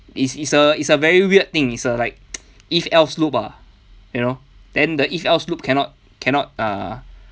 is is a is a very weird thing is uh like you know then the cannot cannot err